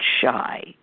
shy